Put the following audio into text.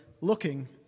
looking